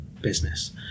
business